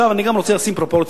אני גם רוצה לשים פרופורציות.